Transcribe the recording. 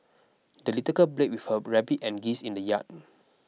the little girl played with her rabbit and geese in the yard